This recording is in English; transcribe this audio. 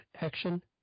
action